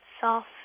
soft